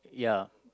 yeah